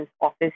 office